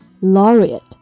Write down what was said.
Laureate